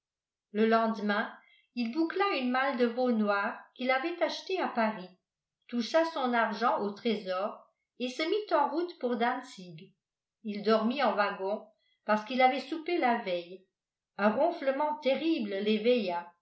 le lendemain il boucla une malle de veau noir qu'il avait achetée à paris toucha son argent au trésor et se mit en route pour dantzig il dormit en wagon parce qu'il avait soupé la veille un ronflement terrible l'éveilla